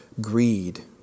greed